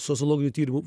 sociologinių tyrimų